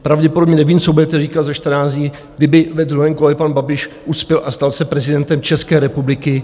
Pravděpodobně nevím, co budete říkat za 14 dní, kdyby ve druhém kole pan Babiš uspěl a stal se prezidentem České republiky.